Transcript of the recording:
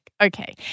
Okay